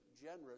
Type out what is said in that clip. generous